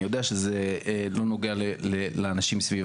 אני יודע שזה לא נוגע לאנשים סביב